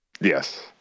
Yes